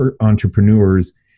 entrepreneurs